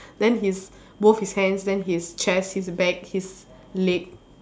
then his both his hands then his chest his back his leg